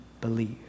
believe